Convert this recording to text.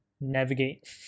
navigate